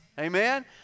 Amen